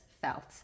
felt